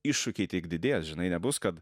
iššūkiai tik didės žinai nebus kad